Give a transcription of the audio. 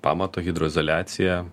pamato hidroizoliaciją